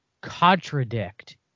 contradict